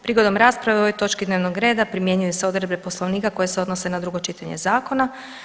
Prigodom rasprave o ovoj točki dnevnog reda primjenjuju se odredbe Poslovnika koje se odnose na drugo čitanje zakona.